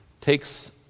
takes